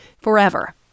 forever